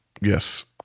Yes